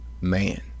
man